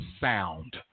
sound